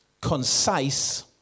concise